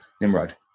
Nimrod